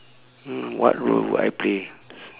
hmm what role would I play